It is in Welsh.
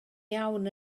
iawn